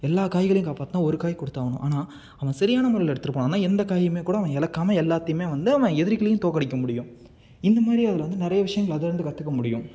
எல்லா காய்களையும் காப்பாற்றுனா ஒரு காய் கொடுத்தாவணும் ஆனால் அவன் சரியான முறையில் எடுத்துகிட்டு போனானா எந்த காயும் கூட அவன் இழக்காம எல்லாத்தியும் வந்து அவன் எதிரிகளையும் தோற்க்கடிக்க முடியும் இந்த மாதிரி அதில் வந்து நிறைய விஷயங்கள் அதிலேருந்து கற்றுக்க முடியும்